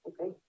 Okay